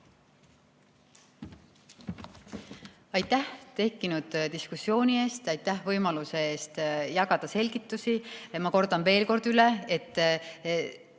Aitäh tekkinud diskussiooni eest! Aitäh võimaluse eest jagada selgitusi! Ma kordan veel kord üle, et